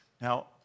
Now